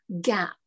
gap